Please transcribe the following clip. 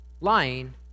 lying